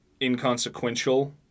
inconsequential